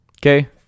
Okay